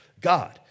God